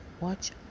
watch